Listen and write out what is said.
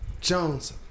Jones